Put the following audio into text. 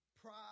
pride